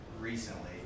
recently